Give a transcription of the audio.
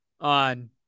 on